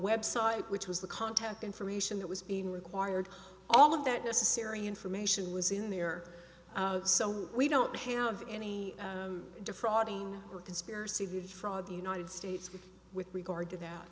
website which was the contact information that was being required all of that necessary information was in there so we don't have any defrauding or conspiracy fraud the united states with regard to that